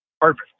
Perfect